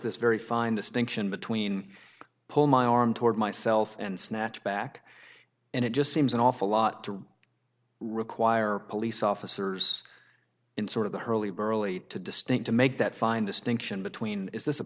this very fine distinction between pull my arm toward myself and snatch back and it just seems an awful lot to require police officers in sort of the hurly burly to distinct to make that fine distinction between is this a